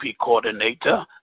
coordinator